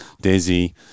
Daisy